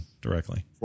directly